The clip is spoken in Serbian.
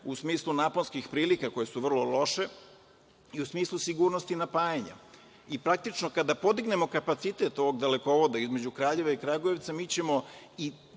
u smislu naponskih prilika koje su vrlo loše i u smislu sigurnosti napajanja. Praktično kada podignemo kapacitet ovog dalekovoda između Kraljeva i Kragujevca mi ćemo i